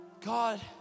God